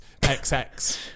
XX